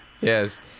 Yes